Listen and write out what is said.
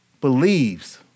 believes